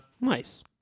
nice